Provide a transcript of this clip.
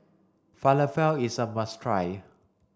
Falafel is a must try